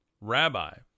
rabbi